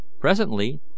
Presently